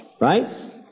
Right